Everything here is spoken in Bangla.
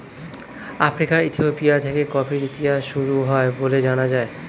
আফ্রিকার ইথিওপিয়া থেকে কফির ইতিহাস শুরু হয় বলে জানা যায়